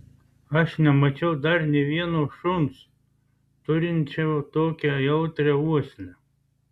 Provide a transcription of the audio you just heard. aš nemačiau dar nė vieno šuns turinčio tokią jautrią uoslę